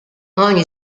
ogni